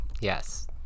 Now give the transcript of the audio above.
yes